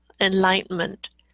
enlightenment